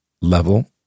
level